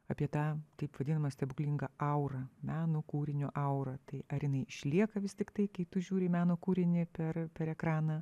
apie tą taip vadinamą stebuklingą aurą meno kūrinio aurą tai ar jinai išlieka vis tiktai kai tu žiūri į meno kūrinį per per ekraną